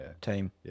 Team